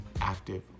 active